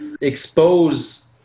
expose